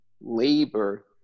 labor